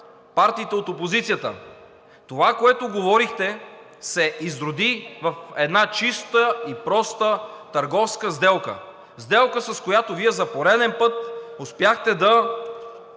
партиите от опозицията. Това, което говорехте, се изроди в една чисто и просто търговска сделка – сделка, с която Вие за пореден път успяхте да